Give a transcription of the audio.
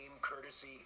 courtesy